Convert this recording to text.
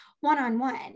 one-on-one